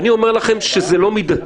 אני אומר לכם שזה לא מידתי,